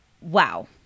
wow